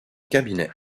cabinet